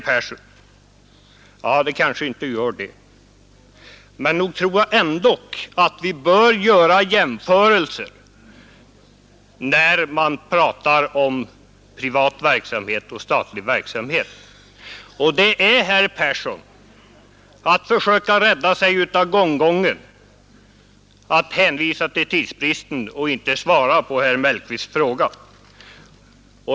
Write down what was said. Nej, det kanske det inte gör, men nog tror jag ändå att vi bör göra en sådan jämförelse mellan privat verksamhet och statlig verksamhet. Herr Persson försöker bli räddad av gonggongen då han hänvisar till tidsbristen och inte svarar på herr Mellqvists fråga.